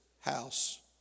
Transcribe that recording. house